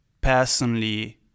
personally